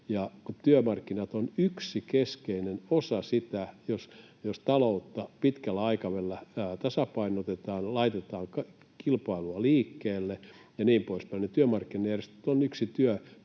työmarkkinoille. Jos taloutta pitkällä aikavälillä tasapainotetaan, laitetaan kilpailua liikkeelle ja niin poispäin, niin työmarkkinajärjestöt ovat yksi työkalu